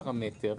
פרמטר